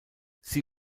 sie